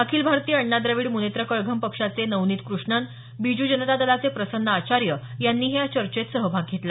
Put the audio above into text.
अखिल भारतीय अण्णा द्रविड मुनेत्र कळघम पक्षाचे नवनीत कृष्णन् बीजू जनता दलाचे प्रसन्न आचार्य यांनीही या चर्चेत सहभाग घेतला